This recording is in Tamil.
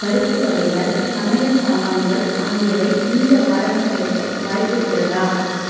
பருப்பு வகைகள் சமையல் சாமான்கள் ஆகியவை இந்த வாரமே கிடைக்க வாய்ப்பு இருக்கிறதா